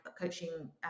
coaching